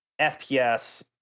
FPS